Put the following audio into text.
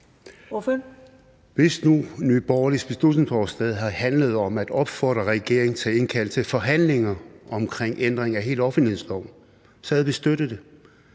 Hvis nu Nye Borgerliges beslutningsforslag havde handlet om at opfordre regeringen til at indkalde til forhandlinger omkring ændring af hele offentlighedsloven, så havde vi støtte det.